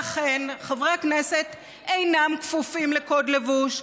ואכן, חברי הכנסת אינם כפופים לקוד לבוש.